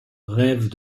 rêvent